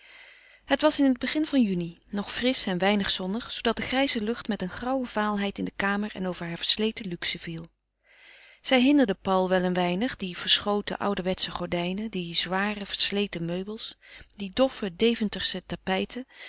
het was in het begin van juni nog frisch en weinig zonnig zoodat de grijze lucht met een grauwe vaalheid in de kamer en over hare versleten luxe viel zij hinderden paul wel een weinig die verschoten ouderwetsche gordijnen die zware versleten meubels die doffe deventersche tapijten